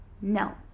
No